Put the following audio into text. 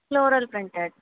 floral printed